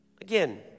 again